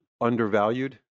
undervalued